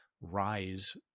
rise